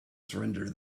surrender